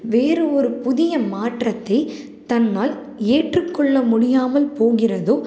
வேற ஒரு புதிய மாற்றத்தை தன்னால் ஏற்று கொள்ள முடியாமல் போகிறதோ